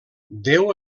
déu